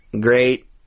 great